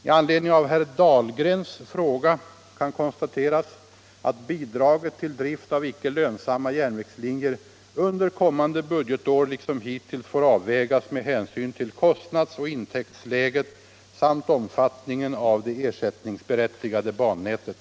I anledning av herr Dahlgrens fråga kan konstateras att bidraget till drift av icke lönsamma järnvägslinjer under kommande budgetår liksom hittills får avvägas med hänsyn till kostnads och intäktsläget samt omfattningen av det ersättningsberättigade bannätet.